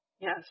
yes